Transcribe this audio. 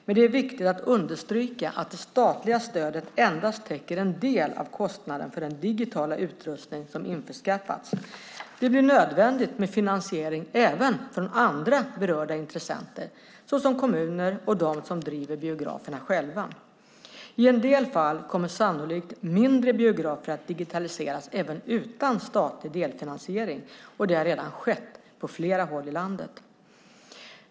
Men det är viktigt att understryka att det statliga stödet endast täcker en del av kostnaden för den digitala utrustning som införskaffas. Det blir nödvändigt med finansiering även från andra berörda intressenter, såsom kommuner och de som driver biograferna själva. I en del fall kommer sannolikt mindre biografer att digitaliseras även utan statlig delfinansiering. Det har redan skett på flera håll i landet.